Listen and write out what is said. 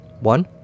One